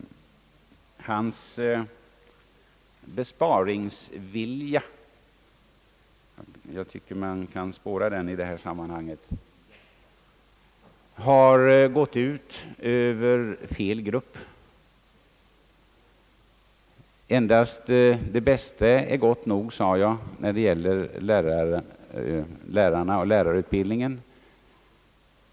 Departementschefens besparingsvilja — jag tycker att man kan spåra en sådan i detta sammanhang — har gått ut över fel grupp. Jag nämnde tidigare att endast det bästa är gott nog när det gäller lärarna och lärarutbildningen.